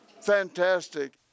fantastic